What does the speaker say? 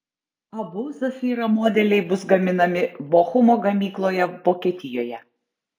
abu zafira modeliai bus gaminami bochumo gamykloje vokietijoje